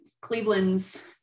Cleveland's